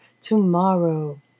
tomorrow